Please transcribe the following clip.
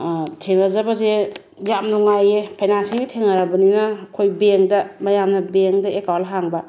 ꯊꯦꯡꯅꯖꯕꯁꯦ ꯌꯥꯝ ꯅꯨꯡꯉꯥꯏꯌꯦ ꯐꯥꯏꯅꯥꯟꯁꯤꯑꯦꯜꯒꯤ ꯊꯦꯡꯅꯔꯕꯅꯤꯅ ꯑꯩꯈꯣꯏ ꯕꯦꯡꯛꯇ ꯃꯌꯥꯝꯅ ꯕꯦꯡꯛ ꯑꯦꯀꯥꯎꯟ ꯍꯥꯡꯕ